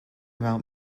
about